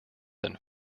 than